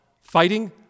Fighting